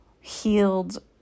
Healed